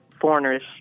foreigners